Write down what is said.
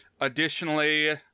Additionally